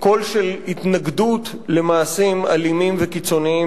קול של התנגדות למעשים אלימים וקיצוניים